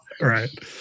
Right